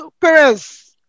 parents